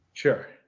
Sure